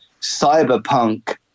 cyberpunk